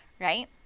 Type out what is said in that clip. right